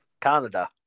Canada